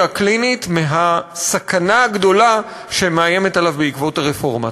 הקלינית מהסכנה הגדולה שמאיימת עליו בעקבות הרפורמה.